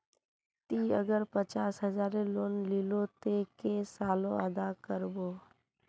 ती अगर पचास हजारेर लोन लिलो ते कै साले अदा कर बो?